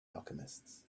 alchemists